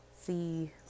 See